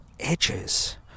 edges